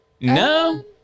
No